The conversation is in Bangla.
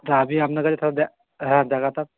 দাবি আপনাদের হ্যাঁ দেখাতাম